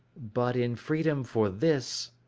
but in freedom for this,